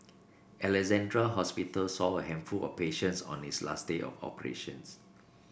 Alexandra Hospital saw a handful of patients on its last day of operations